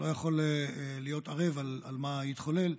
אני לא יכול להיות ערב למה שיתחולל,